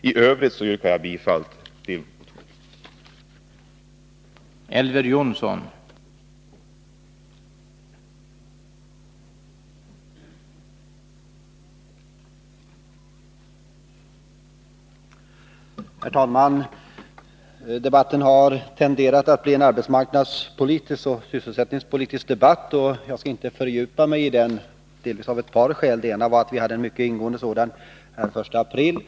Jag yrkar i dessa delar bifall till reservationerna 1 och 2.